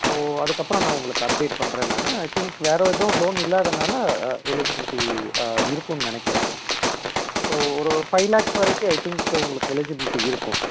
ஓ அதுக்கப்புறம் நான் உங்களுக்கு அப்டேட் பண்ணுறேன் நான் ஐ திங்க் வேறு எதுவும் லோன் இல்லாதனால் எலிஜிபில்ட்டி இருக்குன்னு நினைக்கிறேன் ஸோ ஒரு ஃபை லேக்ஸ் வரைக்கும் ஐ திங்க் உங்களுக்கு எலிஜிபில்ட்டி இருக்கும்